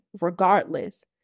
regardless